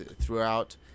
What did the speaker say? throughout